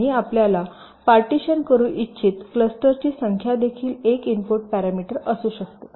आणि आपल्याला पार्टीशन करू इच्छित क्लस्टर ची संख्या देखील एक इनपुट पॅरामीटर असू शकते